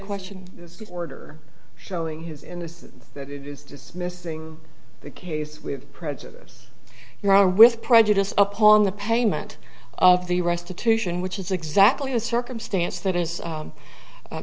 question order showing his in this that it is dismissing the case with prejudice you are with prejudice upon the payment of the restitution which is exactly a circumstance that is